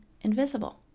invisible